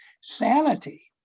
sanity